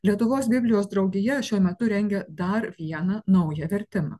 lietuvos biblijos draugija šiuo metu rengia dar vieną naują vertimą